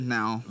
now